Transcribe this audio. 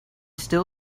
still